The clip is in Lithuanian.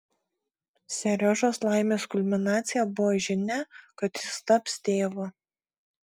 seriožos laimės kulminacija buvo žinia kad jis taps tėvu